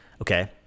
Okay